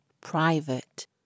private